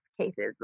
cases